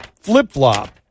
flip-flop